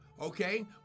Okay